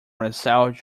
myself